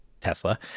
Tesla